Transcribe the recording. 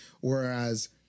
Whereas